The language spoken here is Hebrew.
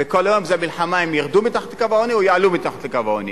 וכל היום זה מלחמה אם הם ירדו מתחת לקו העוני או יעלו מעל לקו העוני.